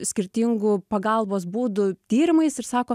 skirtingų pagalbos būdų tyrimais ir sako